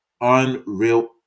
unreal